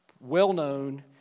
well-known